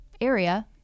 area